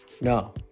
No